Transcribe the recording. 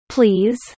Please